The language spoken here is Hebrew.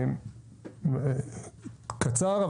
זה קצר,